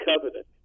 Covenant